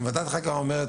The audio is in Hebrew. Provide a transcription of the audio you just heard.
ועדת החקירה אומרת: